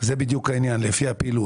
זה בדיוק העניין של לפי הפעילות.